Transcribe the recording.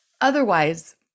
otherwise